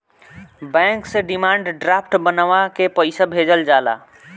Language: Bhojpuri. बैंक से डिमांड ड्राफ्ट बनवा के पईसा भेजल जाला